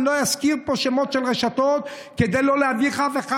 אני לא אזכיר פה שמות של רשתות כדי לא להביך אף אחד,